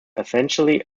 essentially